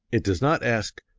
it does not ask,